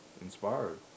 inspired